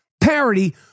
parody